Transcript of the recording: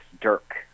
Dirk